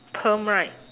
perm right